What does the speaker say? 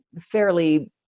fairly